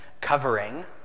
covering